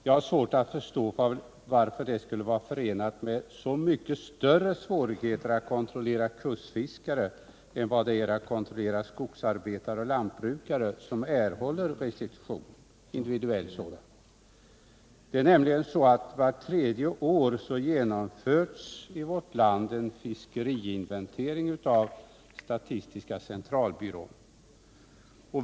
Jag har svårt att förstå varför det skulle vara förenat med så mycket större svårigheter att kontrollera kustfiskarna än vad det är att kontrollera skogsarbetare och lantbrukare, som erhåller individuell restitution. Det är nämligen så , att vart tredje år genomförs en fiskeriinventering i vårt land av statistiska centralbyrån.